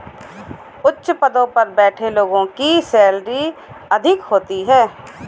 उच्च पदों पर बैठे लोगों की सैलरी अधिक होती है